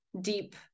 deep